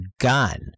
gun